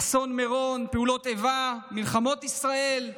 אסון מירון, פעולות איבה, מלחמות ישראל,